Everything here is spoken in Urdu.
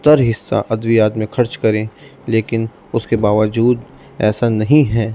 تر حصہ ادویات میں خرچ کریں لیکن اس کے باوجود ایسا نہیں ہے